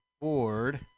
board